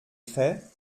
crêts